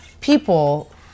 people